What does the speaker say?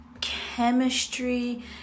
chemistry